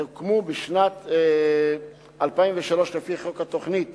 הוקמו בשנת 2003 לפי חוק התוכנית